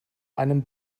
einem